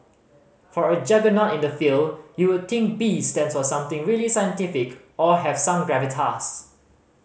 for a juggernaut in the field you would think B stands for something really scientific or have some gravitas